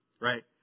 right